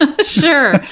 Sure